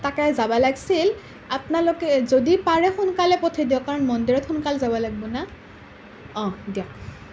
তাতে যাব লাগিছিল আপোনালোকে যদি পাৰে সোনকালে পঠিয়াই দিয়ক কাৰণ মন্দিৰত সোনকালে যাব লাগিব না অ দিয়ক